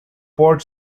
port